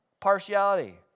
partiality